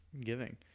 giving